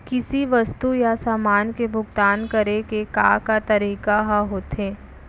किसी वस्तु या समान के भुगतान करे के का का तरीका ह होथे?